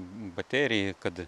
baterijų kad